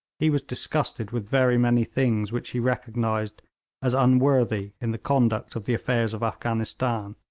he was disgusted with very many things which he recognised as unworthy in the conduct of the affairs of afghanistan,